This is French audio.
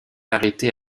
arrêtée